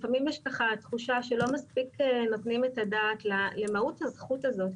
לפעמים יש ככה תחושה שלא מספיק נותנים את הדעת למהות הזכות הזאת,